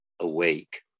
awake